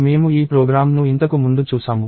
మేము ఈ ప్రోగ్రామ్ను ఇంతకు ముందు చూసాము